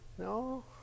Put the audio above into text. No